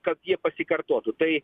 kad jie pasikartotų tai